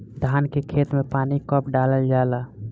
धान के खेत मे पानी कब डालल जा ला?